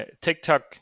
TikTok